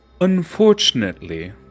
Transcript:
Unfortunately